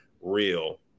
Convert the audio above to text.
real